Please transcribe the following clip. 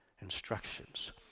instructions